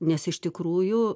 nes iš tikrųjų